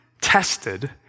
tested